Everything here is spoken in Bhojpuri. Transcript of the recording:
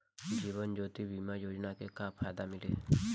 जीवन ज्योति बीमा योजना के का फायदा मिली?